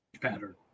pattern